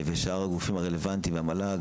המל"ג,